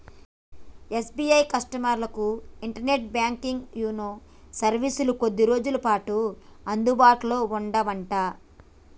SBI కస్టమర్లకు internet banking YONO సర్వీసులు కొద్ది రోజులపాటు అందుబాటులో ఉండవట